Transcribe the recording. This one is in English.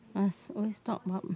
must always talk about